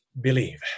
believe